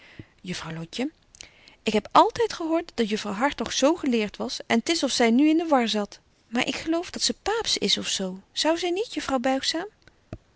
juffrouw lotje ik heb altyd gehoort dat juffrouw hartog zo geleert was en t is of zy nu in de war zat maar ik geloof dat ze paaps is of zo zou zy niet juffrouw